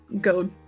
go